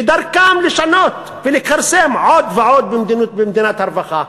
ודרכם לשנות ולכרסם עוד ועוד במדינת הרווחה.